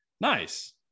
nice